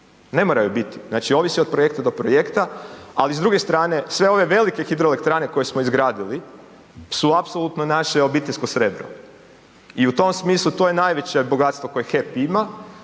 ne moraju biti, znači ovisi od projekta do projekta, ali s druge strane sve ove velike hidroelektrane koje smo izgradili su apsolutno naše obiteljsko srebro i u tom smislu to je najveće bogatstvo koje HEP ima